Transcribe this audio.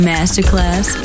Masterclass